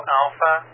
alpha